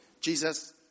Jesus